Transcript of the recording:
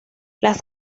las